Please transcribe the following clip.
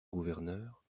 gouverneur